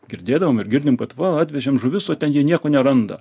girdėdavom ir girdim kad va atvežam žuvis o ten jie nieko neranda